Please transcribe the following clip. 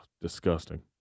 disgusting